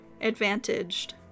advantaged